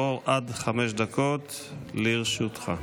עד חמש דקות לרשותך.